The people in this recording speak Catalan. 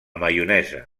maionesa